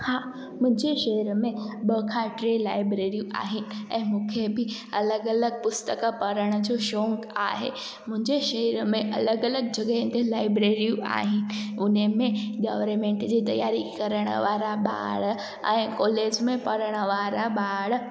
हा मुंहिंजे शहर में ॿ खां टे लाइब्रेरियूं आहिनि ऐं मूंखे बि अलॻि अलॻि पुस्तक पढ़ण जो शौक़ु आहे मुंहिंजे शहर में अलॻि अलॻि जॻहयुनि ते लाइब्रेरियूं आहिनि हुन में गवरमेंट जी तयारी करण वारा ॿार ऐं कॉलेज में पढ़ण वारा ॿार